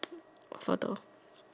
got photo